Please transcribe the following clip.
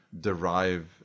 derive